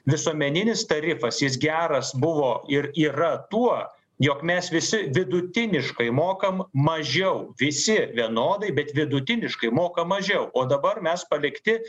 visuomeninis tarifas jis geras buvo ir yra tuo jog mes visi vidutiniškai mokam mažiau visi vienodai bet vidutiniškai moka mažiau o dabar mes palikti